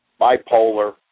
bipolar